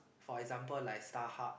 for example like StarHub